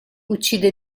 uccide